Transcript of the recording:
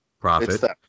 profit